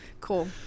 Cool